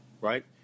right